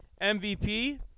MVP